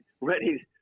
ready